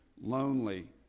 lonely